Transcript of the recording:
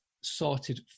sorted